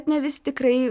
ne visi tikrai